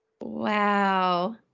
Wow